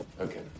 Okay